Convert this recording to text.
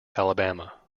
alabama